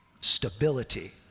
Stability